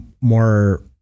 more